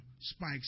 spikes